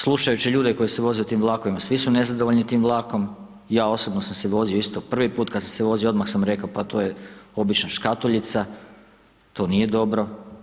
Slučajući ljude koji se voze tim vlakovima, svi su nezadovoljni tim vlakom, ja osobno sam se vozio isto, prvi put kad sam se vozio, odmah sam rekao pa to je obična škatuljica, to nije dobro.